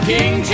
King